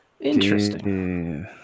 Interesting